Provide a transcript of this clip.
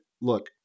look